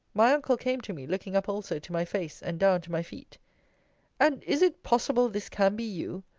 my uncle came to me, looking up also to my face, and down to my feet and is it possible this can be you?